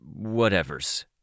whatevers